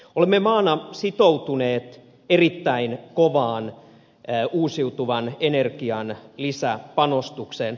olemme maana sitoutuneet erittäin kovaan uusiutuvan energian lisäpanostukseen